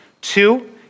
Two